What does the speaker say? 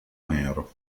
nero